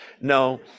No